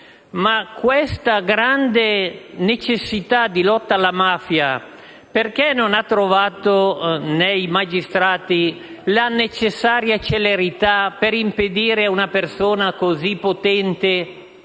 ma questa grande necessità di lotta alla mafia perché non ha trovato nei magistrati la necessaria celerità per impedire ad una persona così potente